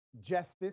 Justice